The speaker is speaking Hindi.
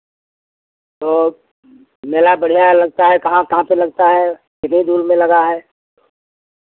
तो मेला बढ़ियाँ लगता है कहाँ कहाँ पे लगता है कितनी दूर में लगा है